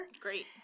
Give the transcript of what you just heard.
Great